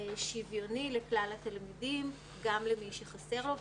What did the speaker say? שוויוני לכלל התלמידים, גם למי שחסר לו.